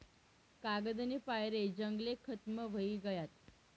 कागदनी पायरे जंगले खतम व्हयी गयात